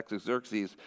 Xerxes